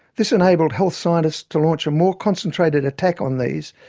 this enabled health scientists to launch a more concentrated attack on these,